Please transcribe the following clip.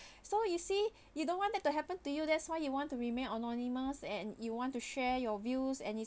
so you see you don't want that to happen to you that's why you wanted to remain anonymous and you want to share your views and it's